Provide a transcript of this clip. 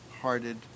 hearted